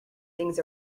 things